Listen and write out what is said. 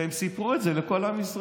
והם סיפרו את זה לכל עם ישראל.